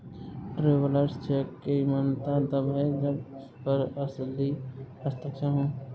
travellers cheque की मान्यता तब है जब उस पर असली हस्ताक्षर हो